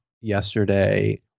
yesterday